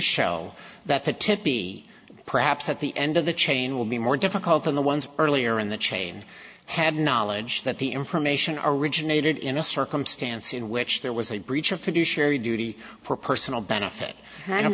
show that the tipi perhaps at the end of the chain will be more difficult than the ones earlier in the chain had knowledge that the information or originated in a circumstance in which there was a breach of fiduciary duty for personal benefit i don't